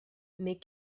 mais